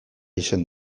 izan